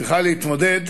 צריכה להתמודד,